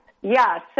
Yes